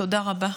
תודה רבה.